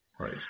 Right